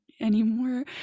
anymore